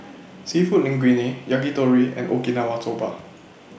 Seafood Linguine Yakitori and Okinawa Soba